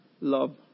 love